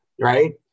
right